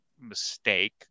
mistake